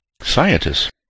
Scientists